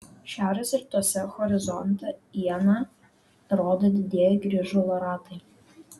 šiaurės rytuose horizontą iena rodo didieji grįžulo ratai